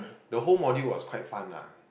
the whole module was quite fun lah